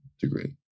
degree